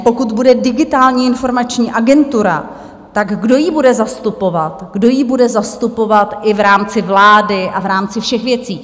Pokud bude Digitální informační agentura, kdo ji bude zastupovat, kdo ji bude zastupovat i v rámci vlády a v rámci všech věcí?